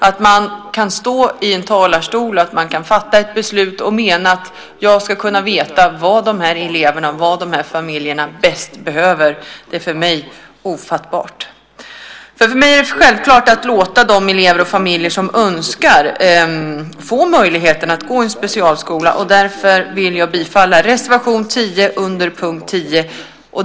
Att man kan stå i en talarstol och fatta ett beslut och mena att man vet vad de här eleverna och familjerna bäst behöver är för mig ofattbart. För mig är det självklart att låta de elever, och familjer, som önskar det få möjligheten att gå i en specialskola. Därför vill jag bifalla reservation 10 under punkt 10.